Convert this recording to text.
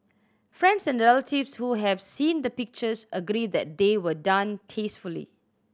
friends and relatives who have seen the pictures agree that they were done tastefully